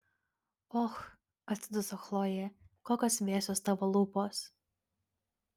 och atsiduso chlojė kokios vėsios tavo lūpos